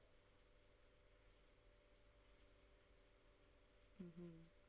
mmhmm